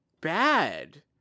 bad